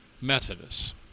Methodists